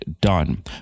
done